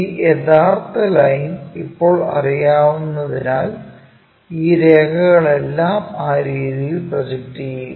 ഈ യഥാർത്ഥ ലൈൻ ഇപ്പോൾ അറിയാവുന്നതിനാൽ ഈ രേഖകളെല്ലാം ആ രീതിയിൽ പ്രൊജക്റ്റ് ചെയ്യുക